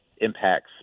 impacts